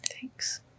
thanks